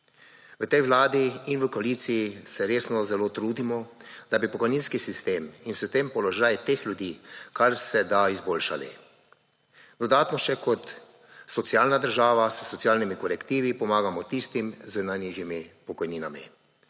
V tej Vladi in v koaliciji se resno zelo trudimo, da bi pokojninski sistem in s tem položaj teh ljudi, kar se da izboljšali. Dodatno še kot socialna država s socialnimi kolektivi pomagamo tistim z najnižjimi pokojninami,